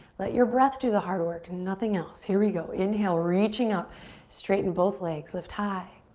let your breath do the hard work, and nothing else. here we go, inhale, reaching up straighten both legs. lift high.